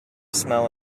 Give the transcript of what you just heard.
smell